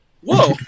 Whoa